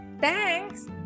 Thanks